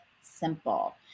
simple